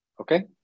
Okay